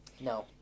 No